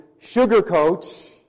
sugarcoat